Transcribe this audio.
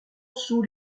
sous